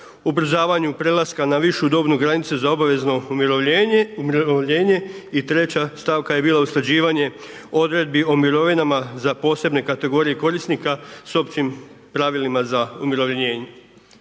ubrzavanju prelaska na višu dobnu granicu za obavezno umirovljenje i treća stavka je bila usklađivanje odredbi o mirovinama za posebne kategorije korisnika s općim pravilima za umirovljenje.